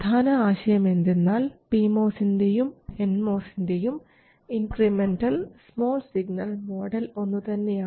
പ്രധാന ആശയം എന്തെന്നാൽ പി മോസിൻറെയും എൻ മോസിൻറെയും ഇൻക്രിമെൻറൽ സ്മാൾ സിഗ്നൽ മോഡൽ ഒന്നുതന്നെയാണ്